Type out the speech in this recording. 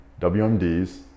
WMDs